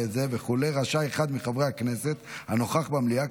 רשאי אחד מחברי הכנסת הנוכח במליאה,